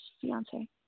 fiance